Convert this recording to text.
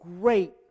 great